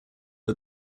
but